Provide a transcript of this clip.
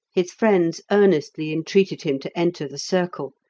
his friends earnestly entreated him to enter the circle,